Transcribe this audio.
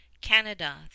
Canada